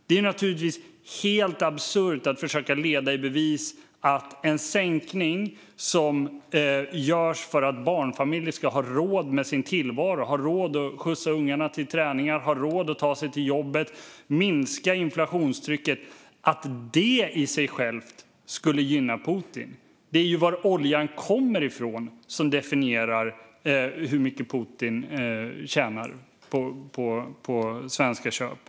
Det är naturligtvis helt absurt att försöka leda i bevis att en sänkning som görs för att barnfamiljer ska ha råd med sin tillvaro - att skjutsa ungarna till träningar, att ta sig till jobbet - och för att minska inflationstrycket i sig självt är något som skulle gynna Putin. Det är ju var oljan kommer ifrån som avgör hur mycket Putin tjänar på svenska köp.